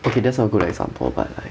okay that's not a good example but like